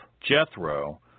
Jethro